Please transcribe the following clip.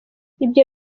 ibyo